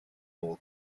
all